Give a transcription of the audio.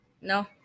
No